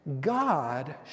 God